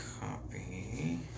Copy